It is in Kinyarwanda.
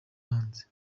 hanze